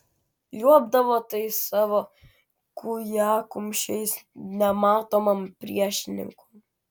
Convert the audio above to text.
liuobdavo tais savo kūjakumščiais nematomam priešininkui